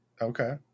Okay